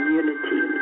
unity